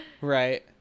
Right